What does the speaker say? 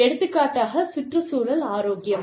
எடுத்துக்காட்டாக சுற்றுச்சூழல் ஆரோக்கியம்